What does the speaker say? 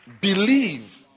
believe